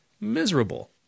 miserable